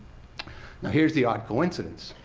here's the odd coincidence,